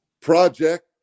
project